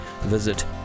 visit